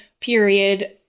period